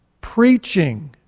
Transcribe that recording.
preaching